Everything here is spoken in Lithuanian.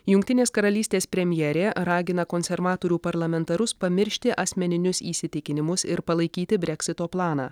jungtinės karalystės premjerė ragina konservatorių parlamentarus pamiršti asmeninius įsitikinimus ir palaikyti breksito planą